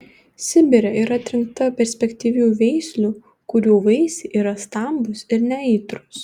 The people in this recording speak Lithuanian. sibire yra atrinkta perspektyvių veislių kurių vaisiai yra stambūs ir neaitrūs